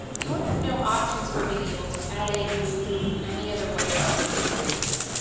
you want to know options for being able to edit, move, any other way of manipulating them.